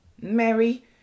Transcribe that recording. Mary